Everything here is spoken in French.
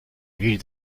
ville